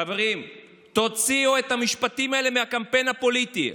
חברים, תוציאו את המשפטים האלה מהקמפיין הפוליטי.